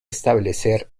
establecer